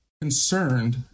concerned